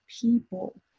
people